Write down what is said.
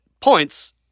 points